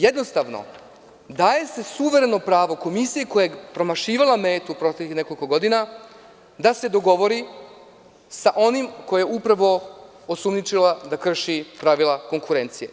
Jednostavno, daje se suvereno pravo komisiji koja je promašivala metu proteklih nekoliko godina da se dogovori sa onim kojeg je upravo osumnjičila da krši pravila konkurencije.